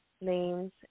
names